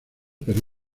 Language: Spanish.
pero